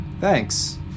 Thanks